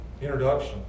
introduction